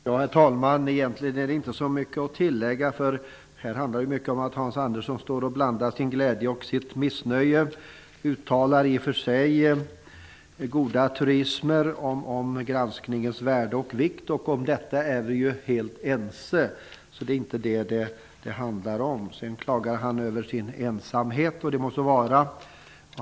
Herr talman! Egentligen finns det inte så mycket att tillägga, för här handlar det mycket om att Hans Andersson blandar sin glädje och sitt missnöje. Han uttalar i och för sig goda truismer om granskningens värde och vikt. Om detta är vi ju helt ense, så det är inte det som det handlar om. Han klagade över sin ensamhet. Det må så vara.